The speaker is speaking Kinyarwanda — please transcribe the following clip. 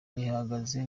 bihagaze